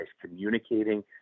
communicating